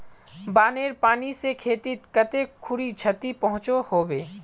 बानेर पानी से खेतीत कते खुरी क्षति पहुँचो होबे?